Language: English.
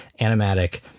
animatic